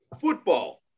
football